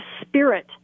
spirit